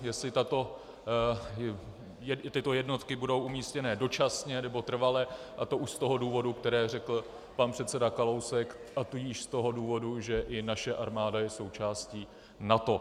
Jestli tyto jednotky budou umístěné dočasně, nebo trvale, a to už z toho důvodu, který řekl pan předseda Kalousek, a tudíž z toho důvodu, že i naše armáda je součástí NATO.